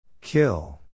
Kill